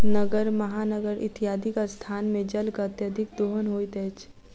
नगर, महानगर इत्यादिक स्थान मे जलक अत्यधिक दोहन होइत अछि